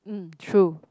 mm true